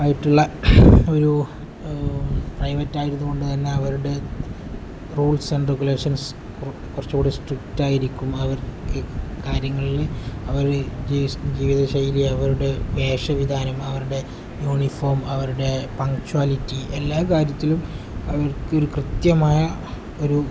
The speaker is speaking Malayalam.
ആയിട്ടുള്ള ഒരു പ്രൈവറ്റായത് കൊണ്ട് തന്നെ അവരുടെ റൂൾസ് ആൻഡ് റെഗുലേഷൻസ് കുറച്ചുകൂടി സ്ട്രിക്റ്റായിരിക്കും അവർക്ക് കാര്യങ്ങളിൽ അവർ ജീവിതശൈലി അവരുടെ വേഷവിധാനം അവരുടെ യൂണിഫോം അവരുടെ പങ്ചുവാലിറ്റി എല്ലാ കാര്യത്തിലും അവർക്ക് ഒരു കൃത്യമായ ഒരു